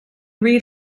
read